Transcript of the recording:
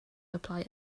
apply